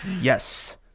yes